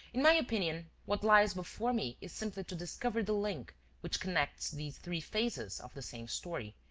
in my opinion, what lies before me is simply to discover the link which connects these three phases of the same story,